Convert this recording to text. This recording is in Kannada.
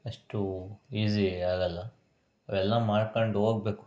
ಅಷ್ಟು ಈಝಿ ಆಗೋಲ್ಲ ಅವೆಲ್ಲ ಮಾಡ್ಕೊಂಡು ಹೋಗ್ಬೇಕು